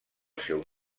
seu